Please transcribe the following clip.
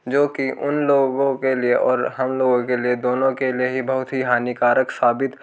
जो कि उन लोगों के लिए और हम लोगों के लिए दोनों के लिए ही बहुत ही हानिकारक साबित